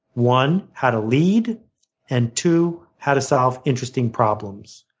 one how to lead and two how to solve interesting problems.